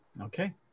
Okay